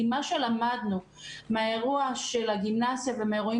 כי למדנו מהאירוע של גימנסיה ומאירועים